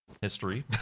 history